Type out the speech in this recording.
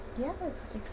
Yes